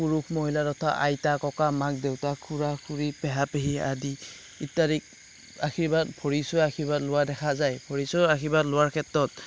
পুৰুষ মহিলা তথা আইতা ককা মাক দেউতাক খুড়া খুড়ী পেহা পেহী আদি ইত্য়াদিক আশীৰ্বাদ ভৰি চুই আশীৰ্বাদ লোৱা দেখা যায় ভৰি চুই আশীৰ্বাদ লোৱাৰ ক্ষেত্ৰত